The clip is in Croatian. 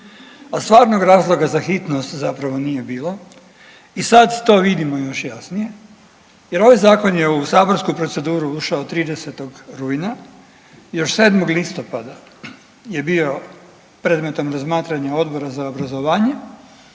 A stvarnog razloga za hitnost zapravo nije bilo i sad to vidimo još jasnije, jer ovaj zakon je u saborsku proceduru ušao 30. rujna. Još 7. listopada je bio predmetom razmatranja Odbora za obrazovanje